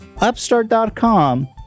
upstart.com